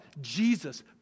Jesus